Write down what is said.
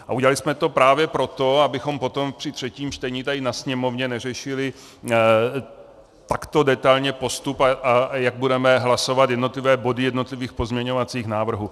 A udělali jsme to právě proto, abychom potom při třetím čtení tady na Sněmovně neřešili takto detailně postup, jak budeme hlasovat jednotlivé body jednotlivých pozměňovacích návrhů.